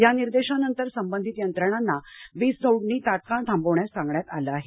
या निर्देशानंतर संबंधीत यंत्रणांना वीजतोडणी तात्काळ थांबवण्यास सांगण्यात आले आहे